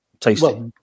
tasty